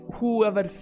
Whoever